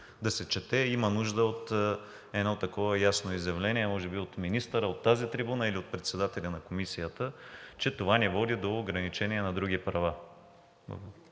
да се чете от едно такова ясно изявление, може би от министъра от тази трибуна или от председателя на Комисията, че това не води до ограничение на други права.